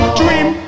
dream